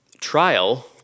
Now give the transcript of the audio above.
Trial